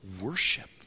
worship